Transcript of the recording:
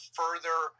further